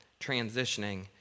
transitioning